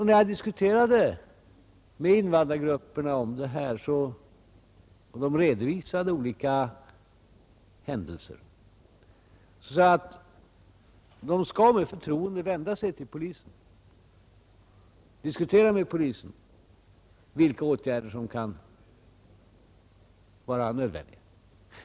När jag diskuterade med invandrargrupperna och de redovisade olika händelser, sade jag att de skall med förtroende vända sig till polisen, diskutera med polisen vilka åtgärder som kan vara nödvändiga.